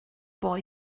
boy